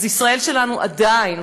ישראל שלנו עדיין,